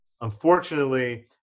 unfortunately